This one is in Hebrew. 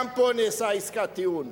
גם פה נעשתה עסקת טיעון.